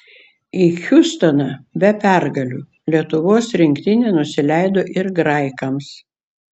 į hjustoną be pergalių lietuvos rinktinė nusileido ir graikams